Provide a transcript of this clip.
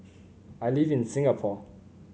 I live in Singapore